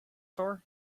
for